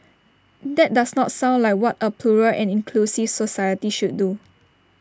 that does not sound like what A plural and inclusive society should do